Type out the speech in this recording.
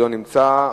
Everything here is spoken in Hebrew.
שלא נמצא,